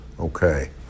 Okay